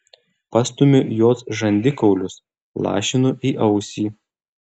pastumiu jos žandikaulius lašinu į ausį